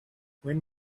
when